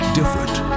different